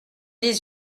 dix